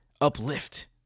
uplift